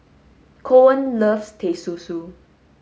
Coen loves Teh Susu